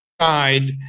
side